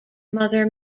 mother